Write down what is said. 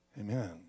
Amen